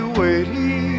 waiting